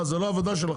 מה, זו לא עבודה שלכם?